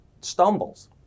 stumbles